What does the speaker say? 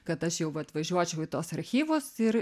kad aš jau vat važiuočiau į tuos archyvus ir